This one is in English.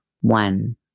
one